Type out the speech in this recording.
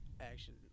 action